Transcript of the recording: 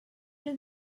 did